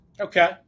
Okay